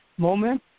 moment